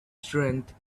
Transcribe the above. strength